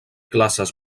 classes